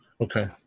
Okay